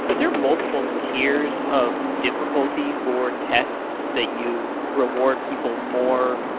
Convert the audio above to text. but there multiple tiers of difficulty for tests that you reward people more?